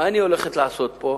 מה אני הולכת לעשות פה?